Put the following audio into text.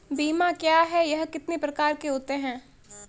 बीमा क्या है यह कितने प्रकार के होते हैं?